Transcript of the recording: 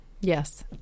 Yes